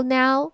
now